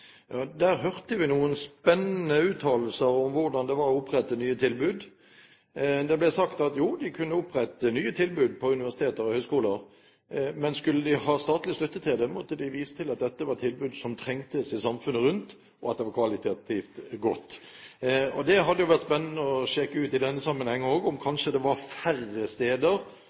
Der hørte vi noen spennende uttalelser om hvordan det var å opprette nye tilbud. Det ble sagt at jo, de kunne opprette nye tilbud på universiteter og høyskoler, men skulle de ha statlig støtte til det, måtte de vise til at dette var tilbud som trengtes rundt i samfunnet, og at det var kvalitativt godt. Det hadde jo vært spennende å sjekke ut i denne sammenheng også om det kanskje var færre steder